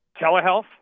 telehealth